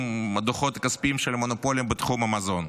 הדוחות הכספיים של המונופולים בתחום המזון.